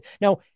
Now